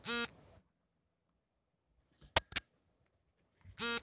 ಸ್ಟ್ರಾಬೆರಿಗಳನ್ನು ಕೊಯ್ಲು ಮಾಡಿದ ನಂತರ ಹೇಗೆ ಆಯ್ಕೆ ಮಾಡಬಹುದು?